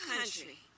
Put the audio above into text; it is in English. country